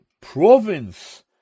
province